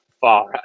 far